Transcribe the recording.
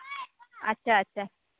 ᱟᱪᱪᱷᱟ ᱟᱪᱪᱷᱟ